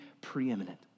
preeminent